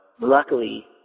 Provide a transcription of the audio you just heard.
Luckily